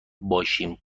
باشیم